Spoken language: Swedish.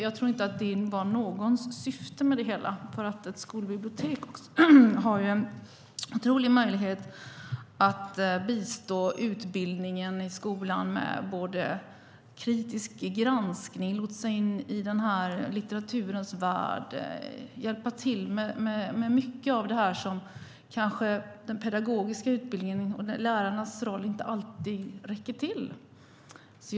Jag tror inte att det var någons syfte med det hela. Ett skolbibliotek har nämligen otroliga möjligheter att bistå utbildningen i skolan med kritisk granskning och hjälpa till med lotsning in i litteraturens värld och med mycket som lärarna inte räcker till för.